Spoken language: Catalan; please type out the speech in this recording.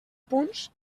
punts